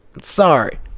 sorry